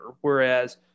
Whereas